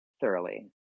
thoroughly